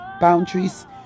boundaries